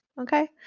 okay